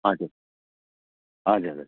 हजुर हजुर